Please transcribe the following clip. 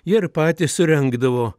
jie ir patys surengdavo